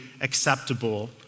acceptable